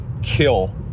kill